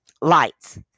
lights